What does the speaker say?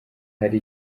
hari